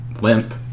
limp